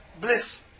bliss